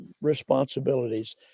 responsibilities